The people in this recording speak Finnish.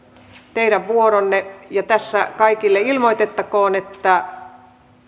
teidän vuoronne ja tässä kaikille ilmoitettakoon että